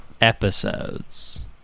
episodes